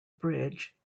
bridge